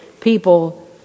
people